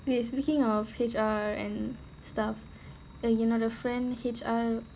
okay speaking of H_R and stuff and you know the friend H_R